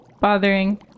bothering